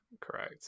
correct